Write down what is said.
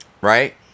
Right